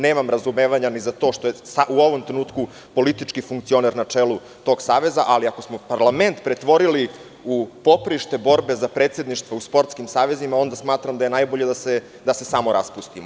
Nemam razumevanja za to što je politički funkcioner na čelu tog saveza, ali ako smo parlament pretvorili u poprište borbe za predsedništva u sportskim savezima, onda smatram da je najbolje da se raspustimo.